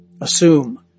Assume